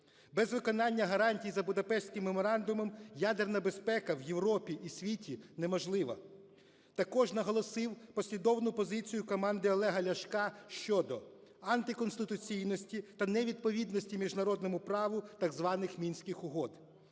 Без виконання гарантій за Будапештським меморандумом ядерна безпека в Європі і світі неможлива. Також наголосив послідовну позицію команди Олега Ляшка щодо: антиконституційності та невідповідності міжнародному праву так званих Мінських угод;